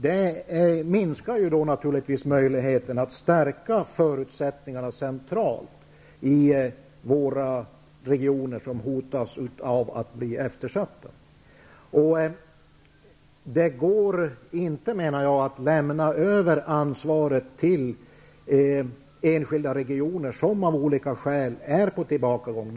Det minskar naturligtvis möjligheten att stärka förutsättningarna centralt i våra regioner, som hotas av att bli eftersatta. Det går inte att lämna över ansvaret till enskilda regioner som av olika skäl är på tillbakagång.